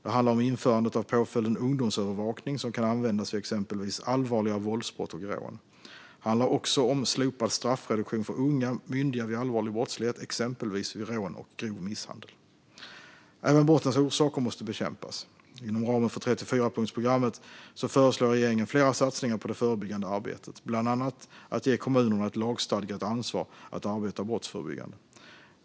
Det handlar om införandet av påföljden ungdomsövervakning som kan användas vid exempelvis allvarligare våldsbrott och rån. Det handlar också om slopad straffreduktion för unga myndiga vid allvarlig brottslighet, exempelvis vid rån och grov misshandel. Även brottens orsaker måste bekämpas. Inom ramen för 34-punktsprogrammet föreslår regeringen flera satsningar på det förebyggande arbetet, bland annat att ge kommunerna ett lagstadgat ansvar att arbeta brottsförebyggande.